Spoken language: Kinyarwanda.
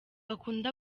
akunda